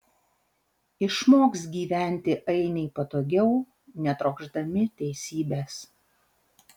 išmoks gyventi ainiai patogiau netrokšdami teisybės